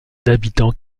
habitants